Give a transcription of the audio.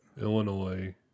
Illinois